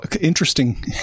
Interesting